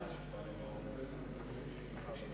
22, אין